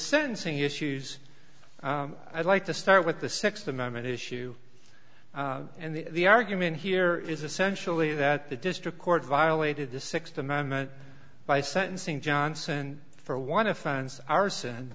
sentencing issues i'd like to start with the th amendment issue and the argument here is essentially that the district court violated the th amendment by sentencing johnson for one offense arson